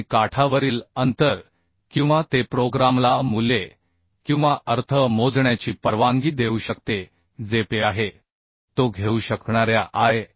आणि काठावरील अंतर किंवा ते प्रोग्रामला मूल्ये किंवा अर्थ मोजण्याची परवानगी देऊ शकते जे Pआहे तो घेऊ शकणाऱ्या आय